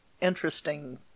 interesting